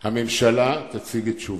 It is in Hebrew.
הממשלה תציג את תשובתה.